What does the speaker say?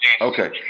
Okay